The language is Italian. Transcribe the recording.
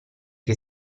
che